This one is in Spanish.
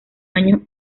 años